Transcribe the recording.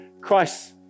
Christ